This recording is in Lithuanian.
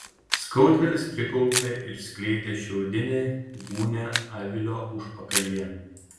skaudvilis priklaupė ir skleidė šiaudinę gūnią avilio užpakalyje